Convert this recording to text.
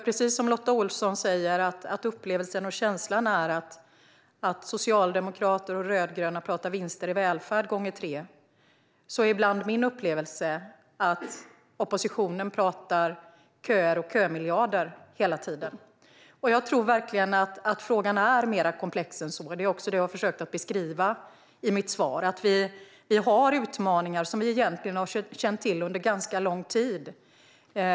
Precis som Lotta Olsson säger är upplevelsen och känslan att socialdemokrater och rödgröna pratar vinster i välfärden gånger tre. Min upplevelse är att oppositionen hela tiden pratar om köer och kömiljarder. Frågan är mera komplex än så. Det var också det som jag försökte beskriva i mitt svar. Vi har utmaningar som vi har känt till under ganska lång tid.